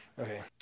Okay